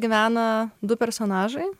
gyvena du personažai